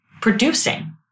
producing